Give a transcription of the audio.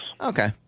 Okay